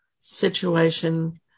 situation